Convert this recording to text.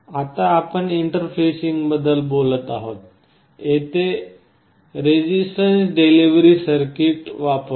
आता आपण इंटरफेसिंगबद्दल बोलत आहोत येथे आपण रेझिस्टन्स डिव्हिडर सर्किट वापरतो